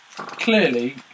Clearly